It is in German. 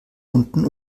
unten